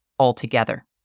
altogether